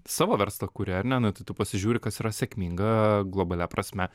savo verslą kuri ar ne nu tai tu pasižiūri kas yra sėkminga globalia prasme